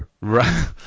Right